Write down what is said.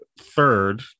third